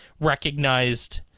recognized